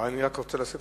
אני רוצה להוסיף,